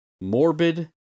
Morbid